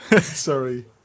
Sorry